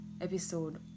episode